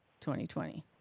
2020